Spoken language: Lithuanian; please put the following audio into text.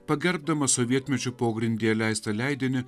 pagerbdamas sovietmečiu pogrindyje leistą leidinį